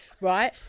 right